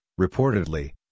reportedly